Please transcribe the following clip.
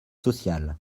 sociale